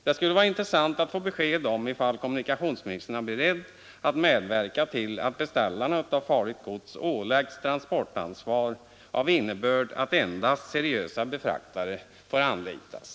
Det skulle vara intressant att få veta, om kommunikationsministern är beredd att medverka till att beställaren av farligt gods åläggs transportansvar av innebörd att endast seriösa befraktare får anlitas.